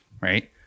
right